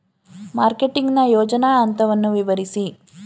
Marketing ನ ಯೋಜನಾ ಹಂತವನ್ನು ವಿವರಿಸಿ?